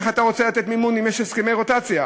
איך אתה רוצה לתת מימון אם יש הסכמי רוטציה?